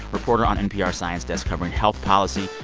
reporter on npr's science desk covering health policy,